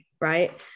right